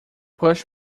push